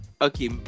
Okay